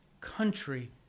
country